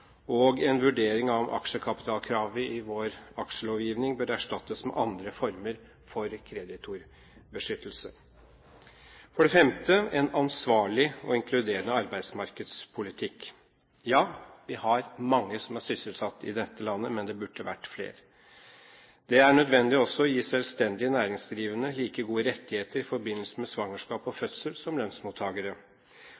og en vurdering av om aksjekapitalkravet i vår aksjelovgivning bør erstattes med andre former for kreditorbeskyttelse. For det femte: en ansvarlig og inkluderende arbeidsmarkedspolitikk. Ja, vi har mange som er sysselsatt i dette landet, men det burde vært flere. Det er nødvendig å gi selvstendig næringsdrivende like gode rettigheter i forbindelse med svangerskap og